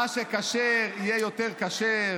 ומה שכשר יהיה יותר כשר.